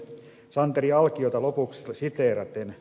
santeri alkiota lopuksi siteeraten